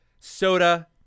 soda